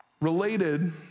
related